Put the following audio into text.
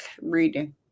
reading